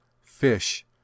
fish